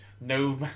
no